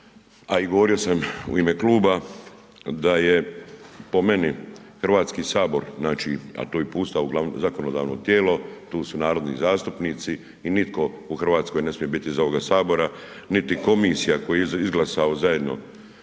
a i govorio sam u ime kluba da je po meni HS, znači, a to je pusta, .../nerazumljivo/... zakonodavno tijelo, tu su narodni zastupnici i nitko u Hrvatskoj ne smije biti iz ovoga Sabora, niti komisija koju je izglasao zajedno